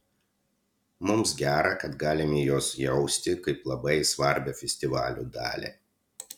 mums gera kad galime juos jausti kaip labai svarbią festivalio dalį